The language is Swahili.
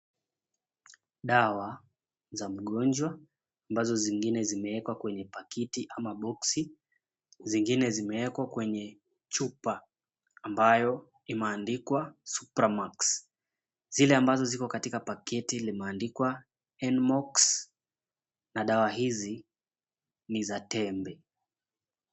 Dawa za mgonjwa ambazo zingine zimewekwa kwenye pakiti ama maboxi, zingine zimewekwa kwenye chupa ambayo imeandikwa, Supramax. Zile ambazo ziko katika paketi limeanikwa Nmox na dawa hizi ni za tembe.